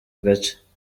gace